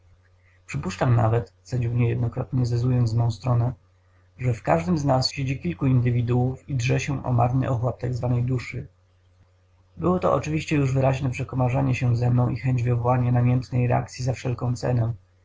przypuszczam nawet cedził niejednokrotnie zezując w mą stronę że w każdym z nas siedzi kilka indywiduów i drze się o marny ochłap t zw duszy było to oczywiście już wyraźne przekomarzanie się ze mną i chęć wywołania namiętnej reakcyi za wszelką cenę